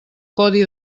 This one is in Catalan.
codi